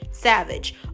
Savage